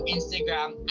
Instagram